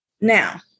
now